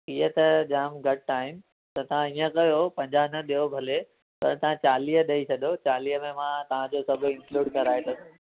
इहो त जाम घटि आहिनि त तव्हां इअं कयो पंजा न ॾियो भले पर तव्हां चालीह ॾेई छॾो चालीह में मां तव्हांजो सभु इंक्लुड कराए थो